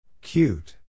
Cute